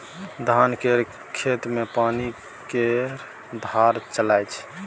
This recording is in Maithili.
धान केर खेत मे पानि केर धार चलइ छै